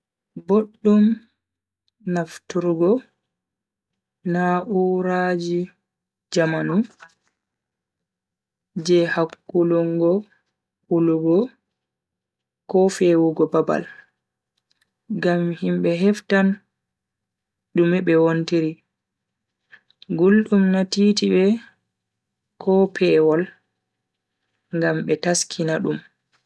Boddum nafturgo na'uraji jamanu ha hakkulungo wulugo ko fewugo babal. ngam himbe heftan dume be wontiri, guldum na titi be ko pewol ngam be taskina dum.